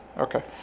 Okay